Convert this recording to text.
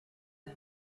der